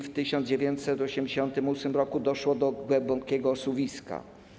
W 1988 r. doszło do głębokiego osuwiska.